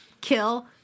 kill